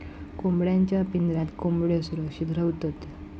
कोंबड्यांच्या पिंजऱ्यात कोंबड्यो सुरक्षित रव्हतत